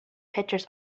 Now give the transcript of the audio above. pictures